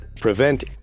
prevent